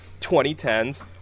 2010s